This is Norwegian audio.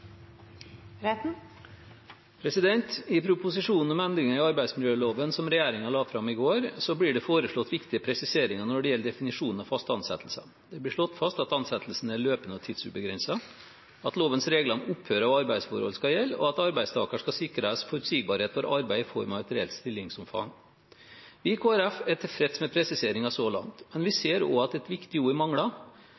I proposisjonen om endringer i arbeidsmiljøloven, som regjeringen la fram i går, blir det foreslått viktige presiseringer når det gjelder definisjonen av «fast ansettelse». Det blir slått fast at ansettelsen er løpende og tidsubegrenset, at lovens regler om opphør av arbeidsforhold skal gjelde, og at arbeidstaker skal sikres forutsigbarhet for arbeid i form av et reelt stillingsomfang. Vi i Kristelig Folkeparti er tilfreds med presiseringene så langt, men vi